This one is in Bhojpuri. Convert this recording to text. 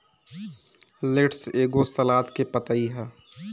लेट्स एगो सलाद के पतइ ह